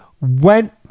went